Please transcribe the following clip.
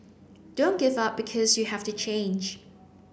don't give up because you have to change